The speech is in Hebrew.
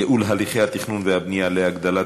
ייעול הליכי התכנון והבנייה להגדלת